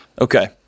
Okay